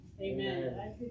Amen